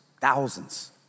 thousands